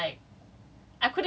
it was super hard mummy